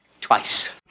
Twice